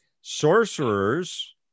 Sorcerers